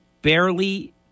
Barely